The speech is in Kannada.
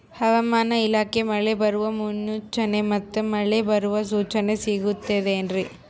ಹವಮಾನ ಇಲಾಖೆ ಮಳೆ ಬರುವ ಮುನ್ಸೂಚನೆ ಮತ್ತು ಮಳೆ ಬರುವ ಸೂಚನೆ ಸಿಗುತ್ತದೆ ಏನ್ರಿ?